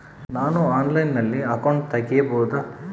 ನಾನು ಆನ್ಲೈನಲ್ಲಿ ಅಕೌಂಟ್ ತೆಗಿಬಹುದಾ?